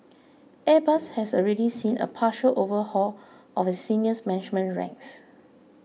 Airbus has already seen a partial overhaul of its senior management ranks